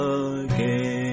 again